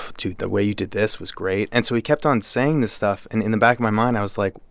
the way you did this was great. and so he kept on saying this stuff and in the back of my mind, i was like,